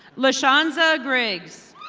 mishawnsza grigs.